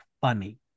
funny